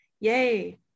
Yay